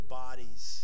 bodies